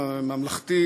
ממלכתי,